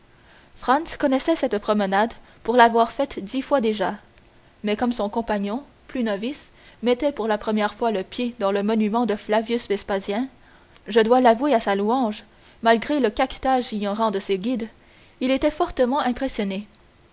franz connaissait cette promenade pour l'avoir faite dix fois déjà mais comme son compagnon plus novice mettait pour la première fois le pied dans le monument de flavius vespasien je dois l'avouer à sa louange malgré le caquetage ignorant de ses guides il était fortement impressionné